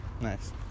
Nice